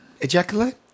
ejaculate